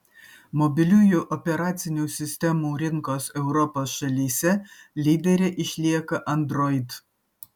mobiliųjų operacinių sistemų rinkos europos šalyse lydere išlieka android